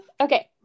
Okay